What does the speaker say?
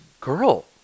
girl